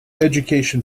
education